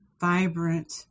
vibrant